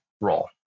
role